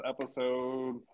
episode